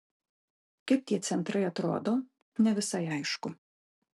kaip tie centrai atrodo ne visai aišku